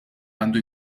għandu